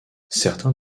certains